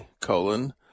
colon